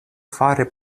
fari